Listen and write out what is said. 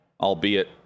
albeit